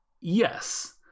yes